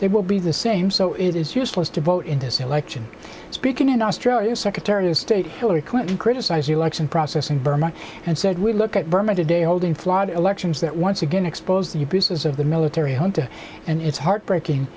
they will be the same so it is useless to vote in this election speaking in australia as secretary of state hillary clinton criticize election process in burma and said we look at burma today holding flawed elections that once again expose the abuses of the military junta and it's heartbreaking